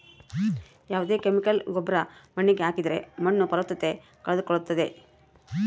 ಯಾವ್ದೇ ಕೆಮಿಕಲ್ ಗೊಬ್ರ ಮಣ್ಣಿಗೆ ಹಾಕಿದ್ರೆ ಮಣ್ಣು ಫಲವತ್ತತೆ ಕಳೆದುಕೊಳ್ಳುತ್ತದೆ